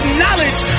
knowledge